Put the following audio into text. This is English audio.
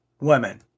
women